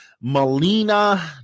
Melina